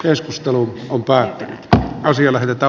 keskustelu on tullutkaan tehtyä